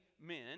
men